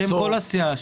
ההסתייגות בשם כל הסיעה.